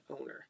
owner